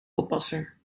oppasser